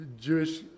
Jewish